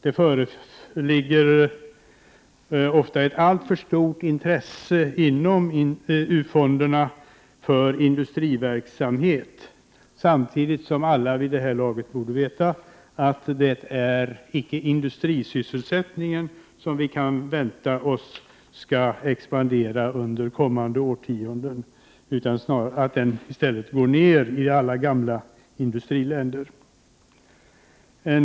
Det föreligger ofta ett alltför stort intresse inom utvecklingsfonderna för industriverksamhet, samtidigt som alla vid det här laget borde veta att det icke är industrisysselsättningen som vi kan vänta oss skall expandera under kommande årtionden, utan snarare att den går ned i alla gamla industriländer.